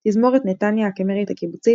תזמורת נתניה הקאמרית הקיבוצית,